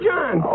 John